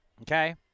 Okay